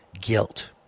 guilt